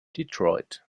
detroit